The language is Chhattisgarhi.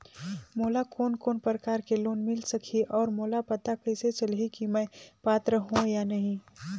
मोला कोन कोन प्रकार के लोन मिल सकही और मोला पता कइसे चलही की मैं पात्र हों या नहीं?